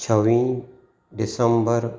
छवीं डिसंबर